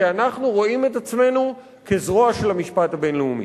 כי אנחנו רואים את עצמנו כזרוע של המשפט הבין-לאומי.